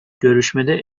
görüşmede